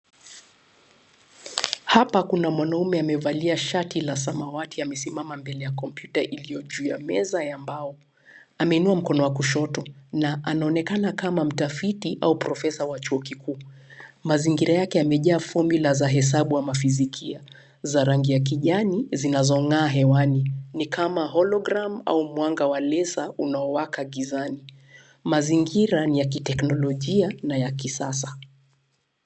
Hapa kuna mwanaume amevalia shati la samawati. Amesimama mbele ya kompyuta iliyo juu ya meza ya mbao. Ameinua mkono wa kushoto na anaonekana kama mtafiti au profesa wa chuo kikuu. Mazingira yake yamejaa fomula za hesabu ama fizikia za rangi ya kijani zinazong'aa hewani, ni kama hologram au mwanga wa [laser unaowaka gizani. Mazingira ni ya kiteknolojia na ya kisasa.